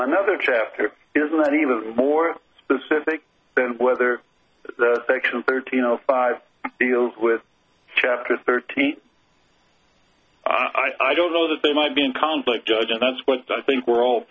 another chapter is not even more specific than whether the second thirteen zero five deals with chapter thirteen i don't know that they might be in conflict judge and that's what i think we're all